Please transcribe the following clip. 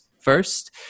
first